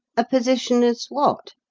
a position as what?